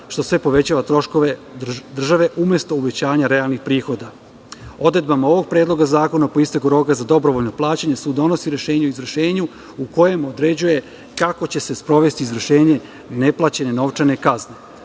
što sve povećava troškove države, umesto uvećanja realnih prihoda. Odredbama ovog predloga zakona po isteku roka za dobrovoljno plaćanje sud donosi rešenje o izvršenju u kojem određuje kako će se sprovesti izvršenje neplaćene novčane kazne,